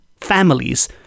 families